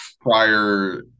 prior